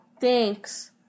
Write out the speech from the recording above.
Thanks